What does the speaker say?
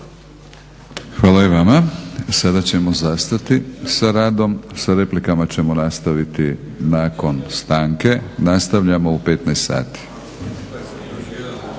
Hvala i vama. Sada ćemo zastati sa radom, sa replikama ćemo nastaviti nakon stanke. Nastavljamo u 15,00 sati.